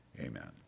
amen